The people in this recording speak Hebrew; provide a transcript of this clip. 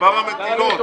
מספר המטילות.